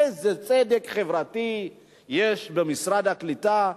איזה צדק חברתי יש במשרד הקליטה?